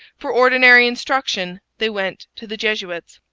for ordinary instruction they went to the jesuits.